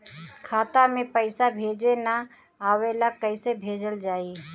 खाता में पईसा भेजे ना आवेला कईसे भेजल जाई?